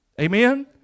Amen